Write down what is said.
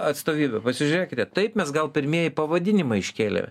atstovybe pasižiūrėkite taip mes gal pirmieji pavadinimą iškėlėme